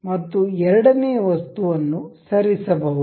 ಮತ್ತು ಎರಡನೆಯ ವಸ್ತುವನ್ನು ಸರಿಸಬಹುದು